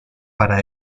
para